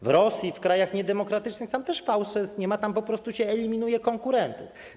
W Rosji, w krajach niedemokratycznych też fałszerstw nie ma, tam po prostu się eliminuje konkurentów.